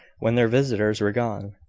when their visitors were gone.